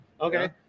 okay